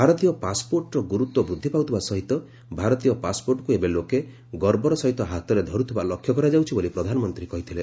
ଭାରତୀୟ ପାସ୍ପୋର୍ଟ୍ର ଗୁରୁତ୍ୱ ବୃଦ୍ଧି ପାଉଥିବା ସହିତ ଭାରତୀୟ ପାସ୍ପୋର୍ଟ୍କୁ ଏବେ ଲୋକେ ଗର୍ବର ସହିତ ହାତରେ ଧରୁଥିବା ଲକ୍ଷ୍ୟ କରାଯାଉଛି ବୋଲି ପ୍ରଧାନମନ୍ତ୍ରୀ କହିଥିଲେ